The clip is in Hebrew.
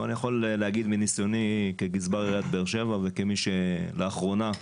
אבל מניסיוני כגזבר עיריית באר שבע וכמי שלאחרונה,